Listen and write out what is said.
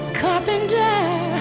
carpenter